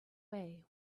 way